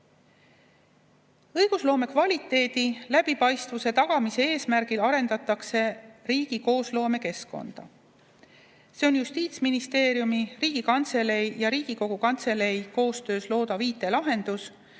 Õigusloome kvaliteedi ja läbipaistvuse tagamise eesmärgil arendatakse riigi koosloomekeskkonda. See on Justiitsministeeriumi, Riigikantselei ja Riigikogu Kantselei koostöös loodav IT‑lahendus,